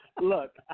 Look